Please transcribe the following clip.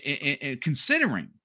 considering